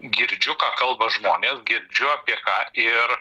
girdžiu ką kalba žmonės girdžiu apie ką ir